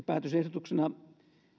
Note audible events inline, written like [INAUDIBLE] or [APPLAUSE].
[UNINTELLIGIBLE] päätösehdotuksena